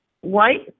white